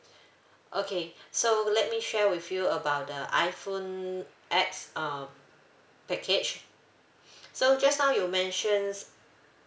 okay so let me share with you about the iphone apps uh package so just now you mentions